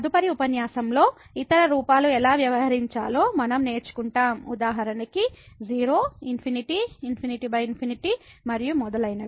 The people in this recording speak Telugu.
తదుపరి ఉపన్యాసంలో ఇతర రూపాలు ఎలా వ్యవహరించాలో మనం నేర్చుకుంటాం ఉదాహరణకు 0 ∞∞∞ మరియు మొదలైనవి